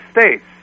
States